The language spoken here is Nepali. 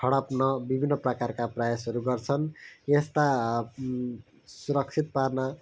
हडप्नु विभिन्न प्रकारका प्रयासहरू गर्छन् यस्ता सुरक्षित पार्न